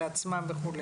לעצמם וכו'.